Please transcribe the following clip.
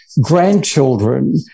grandchildren